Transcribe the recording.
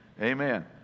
Amen